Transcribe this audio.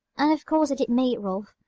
and of course i did meet rolf,